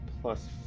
plus